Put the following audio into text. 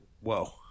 Whoa